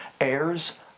Heirs